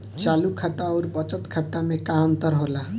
चालू खाता अउर बचत खाता मे का अंतर होला?